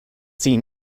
seen